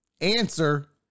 Answer